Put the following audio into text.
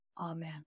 Amen